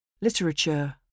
Literature